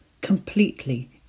completely